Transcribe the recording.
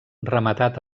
rematat